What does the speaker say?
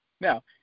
Now